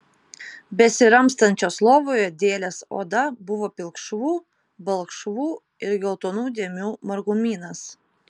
besiramstančios lovoje dėlės oda buvo pilkšvų balkšvų ir geltonų dėmių margumynas